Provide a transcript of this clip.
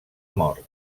mort